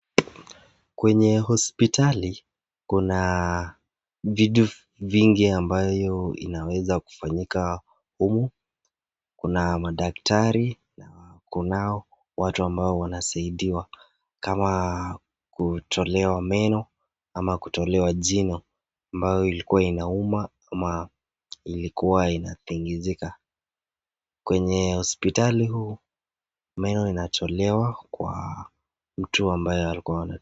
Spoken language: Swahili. Kwenye hospitali kuna vitu vingi ambyo inaweza kufanyika. Humu kuna madaktari na kunao watu ambao wanasaidiwa kutolewa meno ama kutolewa jino ambayo ilikuwa inauma ama ilikuwa inatingizika. Kwenye hospitali huu meno inatolewa kwa mtu ambae alikuwa na.